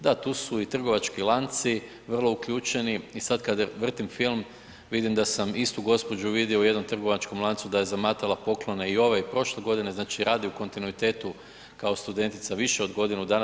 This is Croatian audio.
Da, tu su i trgovački lanci vrlo uključeni i sad kad vrtim film, vidim da sam istu gospođu vidio u jednom trgovačkom lancu da je zamatala poklone i ove i prošle godine, znači radi u kontinuitetu kao studentica više od godinu dana.